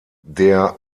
der